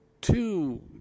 two